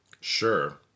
Sure